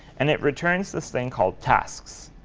and it returns this thing called tasks.